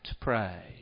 pray